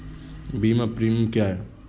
बीमा प्रीमियम क्या है?